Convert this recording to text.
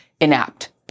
inapt